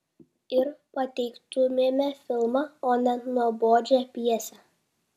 ir pateiktumėme filmą o ne nuobodžią pjesę